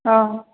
ହଁ